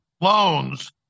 loans